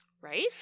Right